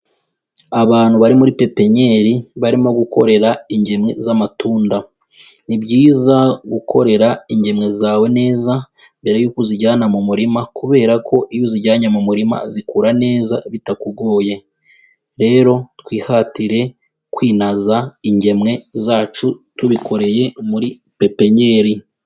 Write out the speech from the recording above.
Abantu bari muri pepenyeri, barimo gukorera ingemwe z'amatunda. Ni byiza gukorera ingemwe zawe neza mbere y'uko uzijyana mu murima, kubera ko iyo uzijyanye mu murima zikura neza bitakugoye. Rero twihatire kwinaza ingemwe zacu tubikoreye muri pepenyeri.